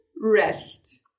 rest